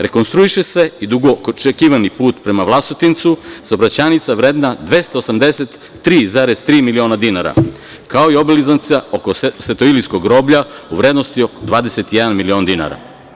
Rekonstruiše se i dugo očekivani put prema Vlasotincu, saobraćajnica vredna 283,3 miliona dinara, kao i obilaznica oko Svetoilijskog groblja u vrednosti od 21 milion dinara.